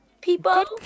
People